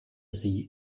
sie